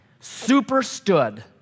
Superstood